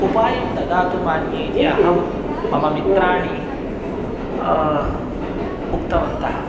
उपायं ददातु मान्ये इति अहं मम मित्राणि उक्तवन्तः